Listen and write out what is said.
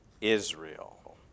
Israel